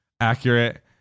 accurate